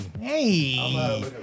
Hey